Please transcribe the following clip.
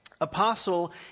Apostle